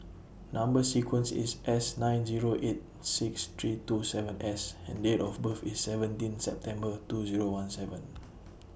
Number sequence IS S nine Zero eight six three two seven S and Date of birth IS seventeen September two Zero one seven